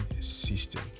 system